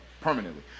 permanently